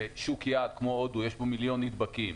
כששוק יעד כמו הודו יש בו מיליון נדבקים,